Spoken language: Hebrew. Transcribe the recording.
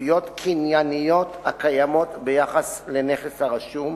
לזכויות קנייניות הקיימות ביחס לנכס הרשום,